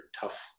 tough